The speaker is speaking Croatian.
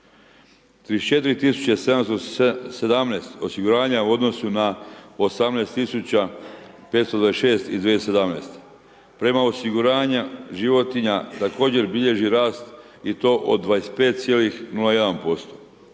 34717 osiguranja u odnosu na 18526 iz 2017. Premija osiguranja životinja također bilježi rast i to od 25,01%.